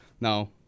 Now